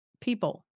people